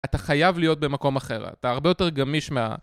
אתה חייב להיות במקום אחר, אתה הרבה יותר גמיש מה...